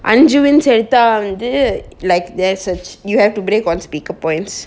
அஞ்சு:anju wins எடுத்தா வந்து:edutha vanthu like there's a you have to break on speaker points